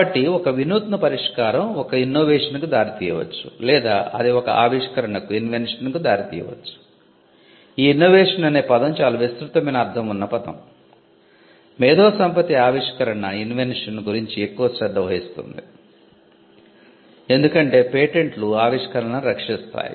కాబట్టి ఒక వినూత్న పరిష్కారం ఒక ఇన్నోవేషన్ కు దారితీయవచ్చు లేదా అది ఒక ఆవిష్కరణకు గురించి ఎక్కువ శ్రద్ధ వహిస్తుంది ఎందుకంటే పేటెంట్లు ఆవిష్కరణలను రక్షిస్తాయి